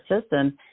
system